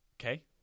Okay